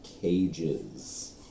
cages